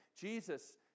Jesus